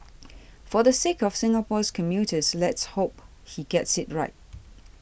for the sake of Singapore's commuters let's hope he gets it right